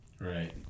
right